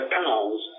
pounds